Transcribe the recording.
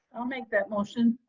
i'll make that motion.